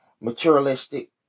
materialistic